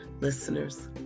Listeners